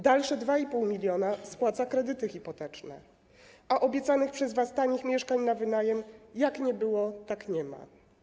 Dalsze 2,5 mln spłaca kredyty hipoteczne, a obiecanych przez was tanich mieszkań na wynajem jak nie było, tak nie ma.